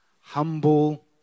Humble